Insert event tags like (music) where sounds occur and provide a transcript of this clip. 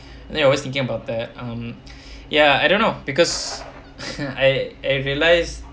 then you're always thinking about that um ya I don't know because (laughs) I I realize